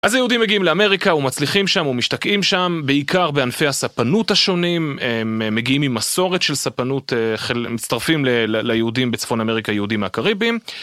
אז היהודים מגיעים לאמריקה ומצליחים שם ומשתקעים שם, בעיקר בענפי הספנות השונים. הם מגיעים עם מסורת של ספנות, הם מצטרפים ליהודים בצפון אמריקה, יהודים מהקריבים.